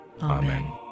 Amen